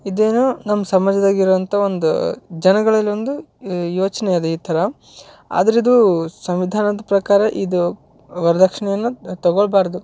ಇದೇನು ನಮ್ಮ ಸಮಾಜ್ದಾಗೆ ಇರೋಂಥ ಒಂದು ಜನಗಳಲ್ಲಿ ಒಂದು ಯೋಚನೆ ಇದೆ ಈ ಥರ ಆದ್ರೆ ಇದು ಸಂವಿಧಾನದ ಪ್ರಕಾರ ಇದು ವರದಕ್ಷ್ಣೆನ ತಗೊಳ್ಬಾರದು